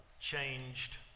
changed